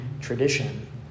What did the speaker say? tradition